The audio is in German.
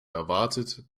erwartet